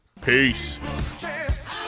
Peace